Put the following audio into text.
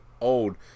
old